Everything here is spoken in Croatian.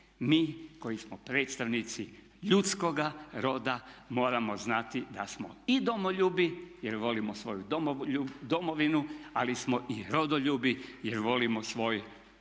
Mi koji smo predstavnici ljudskoga roda moramo znati da smo i domoljubi jer volimo svoju domovinu ali smo i rodoljubi jer volimo svoj rod,